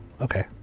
Okay